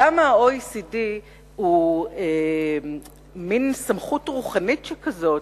למה ה-OECD הוא מין סמכות רוחנית שכזאת,